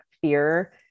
fear